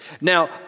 Now